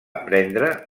aprendre